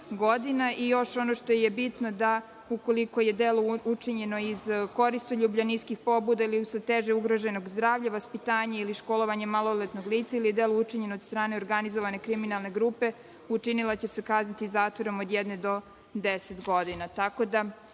godina“. Još ono što je bitno: „Ukoliko je delo učinjeno iz koristoljublja, niskih pobuda ili usled teže ugroženog zdravlja, vaspitanja ili školovanja maloletnog lica ili je delo učinjeno od strane organizovane kriminalne grupe, učinilac će se kazniti zatvorom od jedne do 10 godina“.Tako